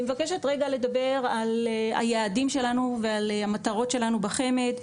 אני מבקשת רגע לדבר על היעדים שלנו ועל המטרות שלנו בחמ"ד,